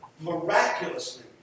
miraculously